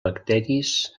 bacteris